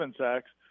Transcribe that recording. sacks